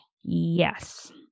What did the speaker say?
Yes